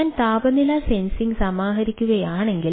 ഞാൻ താപനില സെൻസിംഗ് സമാഹരിക്കുകയാണെങ്കിൽ